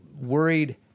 worried